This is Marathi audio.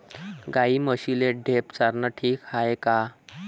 गाई म्हशीले ढेप चारनं ठीक हाये का?